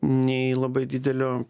nei labai didelio